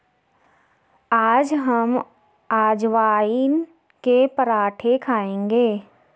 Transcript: आज हम अजवाइन के पराठे खाएंगे